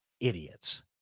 idiots